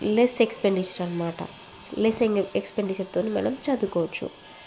less expenditure అన్నమాట less ఎక్స్పెండిచర్తో మనం చదువుకోవచ్చు